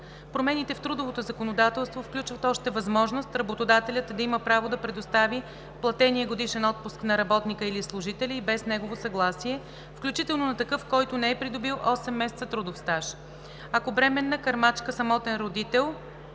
Промените в трудовото законодателство включват още възможност работодателят да има право да предостави платения годишен отпуск на работника или служителя и без негово съгласие, включително на такъв, който не е придобил 8 месеца трудов стаж. Ако бременна, кърмачка, самотен родител,